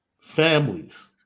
families